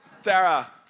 Sarah